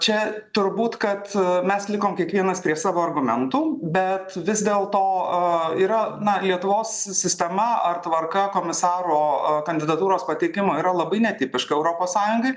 čia turbūt kad mes likome kiekvienas prie savo argumentų bet vis dėlto yra na lietuvos sistema ar tvarka komisaro kandidatūros pateikimo yra labai netipiška europos sąjungai